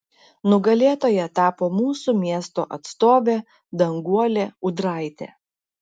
nugalėtoja tapo mūsų miesto atstovė danguolė ūdraitė